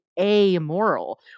amoral